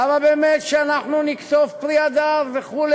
למה באמת שאנחנו נקטוף פרי הדר וכו'?